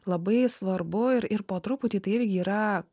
labai svarbu ir ir po truputį tai irgi yra